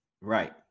Right